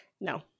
No